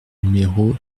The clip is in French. numéro